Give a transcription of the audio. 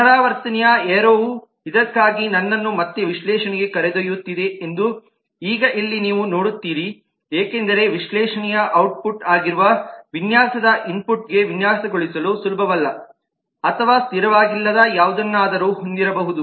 ಪುನರಾವರ್ತನೆಯ ಏರೋ ವು ಇದಕ್ಕಾಗಿ ನನ್ನನ್ನು ಮತ್ತೆ ವಿಶ್ಲೇಷಣೆಗೆ ಕರೆದೊಯ್ಯುತ್ತಿದೆ ಎಂದು ಈಗ ಇಲ್ಲಿ ನೀವು ನೋಡುತ್ತೀರಿ ಏಕೆಂದರೆ ವಿಶ್ಲೇಷಣೆಯ ಔಟ್ಪುಟ್ ಆಗಿರುವ ವಿನ್ಯಾಸದ ಇನ್ಪುಟ್ ವಿನ್ಯಾಸಗೊಳಿಸಲು ಸುಲಭವಲ್ಲ ಅಥವಾ ಸ್ಥಿರವಾಗಿಲ್ಲದ ಯಾವುದನ್ನಾದರೂ ಹೊಂದಿರಬಹುದು